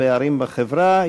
הפערים בחברה,